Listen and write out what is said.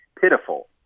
pitiful